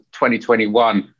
2021